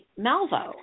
Malvo